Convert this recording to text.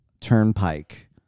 turnpike